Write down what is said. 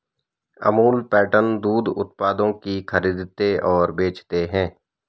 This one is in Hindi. अमूल पैटर्न दूध उत्पादों की खरीदते और बेचते है